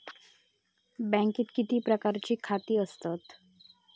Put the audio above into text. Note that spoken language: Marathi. बँकेत किती प्रकारची खाती असतत?